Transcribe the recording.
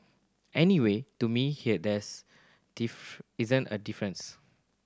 anyway to me there isn't a difference